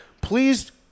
please